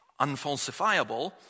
unfalsifiable